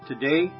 Today